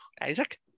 Isaac